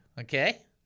Okay